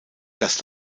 das